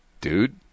dude